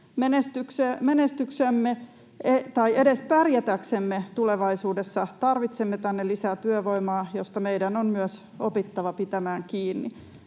Menestyäksemme tai edes pärjätäksemme tulevaisuudessa tarvitsemme tänne lisää työvoimaa, josta meidän on myös opittava pitämään kiinni.